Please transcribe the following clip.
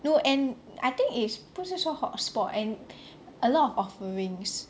no and I think is 不是说 hot spot and a lot of offerings